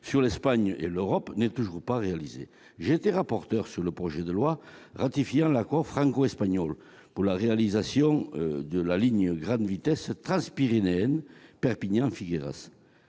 sur l'Espagne et l'Europe n'a toujours pas été réalisée. J'ai été rapporteur du projet de loi autorisant la ratification de l'accord franco-espagnol pour la réalisation de la ligne à grande vitesse transpyrénéenne Perpignan-Figueras.